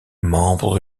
membre